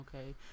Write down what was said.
Okay